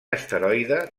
asteroide